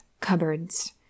cupboards